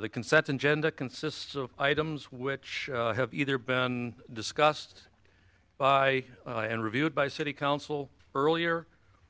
the consent and gender consists of items which have either been discussed by and reviewed by city council earlier